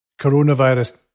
coronavirus